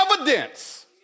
evidence